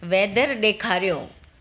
weather ॾेखारियो